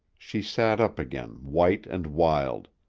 she sat up again, white and wild.